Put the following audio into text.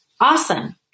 awesome